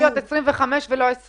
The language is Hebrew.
זה אמור להיות 25 מיליון שקל ולא 20